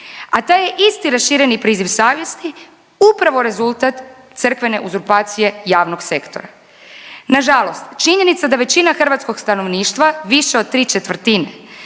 A taj isti rašireni priziv savjesti upravo rezultat crkvene uzurpacije javnog sektora. Nažalost, činjenica da većina hrvatskog stanovništva više od tri četvrtine